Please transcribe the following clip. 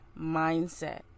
mindset